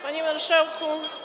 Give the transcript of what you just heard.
Panie Marszałku!